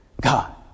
God